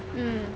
mm